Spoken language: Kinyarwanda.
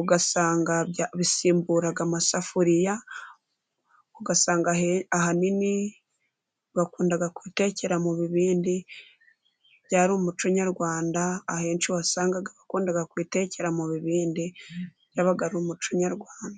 ugasanga bisimbura amasafuriya, ugasanga ahanini bakunda kwitekera mu bibindi, byari umuco nyarwanda, ahenshi wasangaga wakunda kwitekera mu bibindi, byabaga ari umuco nyarwanda.